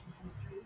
history